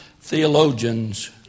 theologians